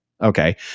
Okay